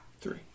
Three